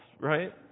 right